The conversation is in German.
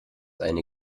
eine